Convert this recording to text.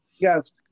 Yes